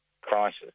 crisis